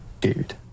Dude